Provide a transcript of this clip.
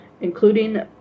including